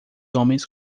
homens